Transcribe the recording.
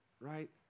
right